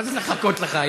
מה זה "לחכות לך"?